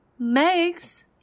Megs